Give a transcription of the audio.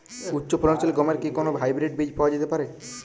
উচ্চ ফলনশীল গমের কি কোন হাইব্রীড বীজ পাওয়া যেতে পারে?